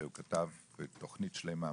שהוא כתב תוכנית שלמה.